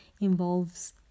involves